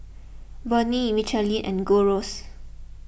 Burnie Michelin and Gold Roast